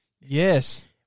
Yes